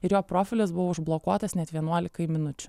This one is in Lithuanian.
ir jo profilis buvo užblokuotas net vienuolikai minučių